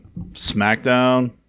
Smackdown